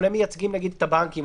אבל הם מייצגים נגיד את הבנקים,